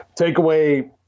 Takeaway